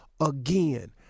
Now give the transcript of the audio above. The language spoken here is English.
Again